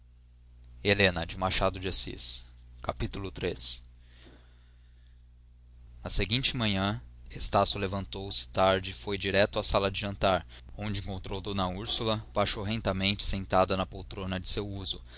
a sombra da habitante nova capítulo iii na seguinte manhã estácio levantou-se tarde e foi direito à sala de jantar onde encontrou d úrsula pachorrentamente sentada na poltrona de seu uso